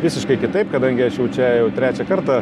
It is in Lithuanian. visiškai kitaip kadangi aš jau čia jau trečią kartą